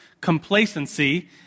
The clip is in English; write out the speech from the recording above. complacency